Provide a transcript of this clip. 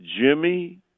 Jimmy